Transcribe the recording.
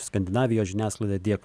skandinavijos žiniasklaida tiek